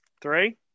three